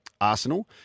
Arsenal